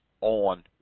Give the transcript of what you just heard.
on